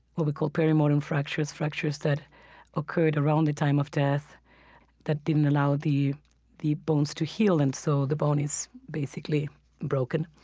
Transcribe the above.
what we call perimortem fractures, fractures that occurred around the time of death that didn't allow the the bones to heal and so the bone is basically broken,